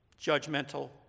judgmental